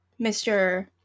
Mr